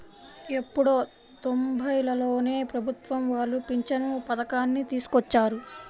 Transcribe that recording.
ఎప్పుడో తొంబైలలోనే ప్రభుత్వం వాళ్ళు పింఛను పథకాన్ని తీసుకొచ్చారు